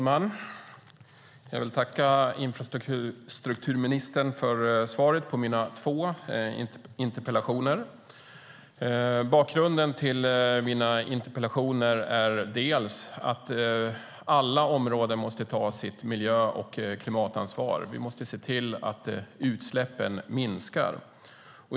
Herr talman! Jag vill tacka infrastrukturministern för svaret på mina två interpellationer. Bakgrunden till mina interpellationer är dels att alla områden måste ta sitt miljö och klimatansvar, och vi måste se till att utsläppen minskar.